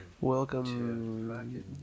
Welcome